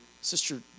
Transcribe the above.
Sister